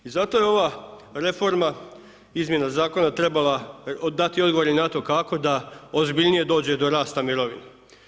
I zato je ova reforma, izmjena zakona trebala dati odgovore i na to kako da ozbiljnije dođe i do rasta mirovine.